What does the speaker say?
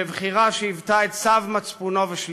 בבחירה שהיוותה את צו מצפונו ושליחותו.